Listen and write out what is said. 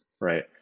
right